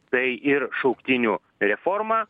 tai ir šauktinių reforma